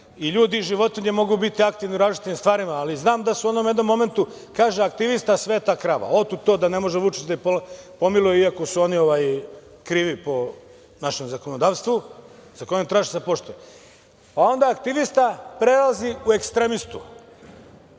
i ljudi i životinje mogu biti aktivni u različitim stvarima, ali znam da su u onom jednom momentu kaže – aktivista „sveta krava“ i otkud to da ne može Vučić da je pomiluje iako su oni krivi po našem zakonodavstvu koji tražite da se poštuje. Onda aktivista prelazi u ekstremistu